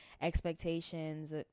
Expectations